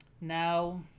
Now